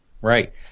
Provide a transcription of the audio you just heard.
Right